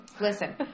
Listen